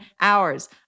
hours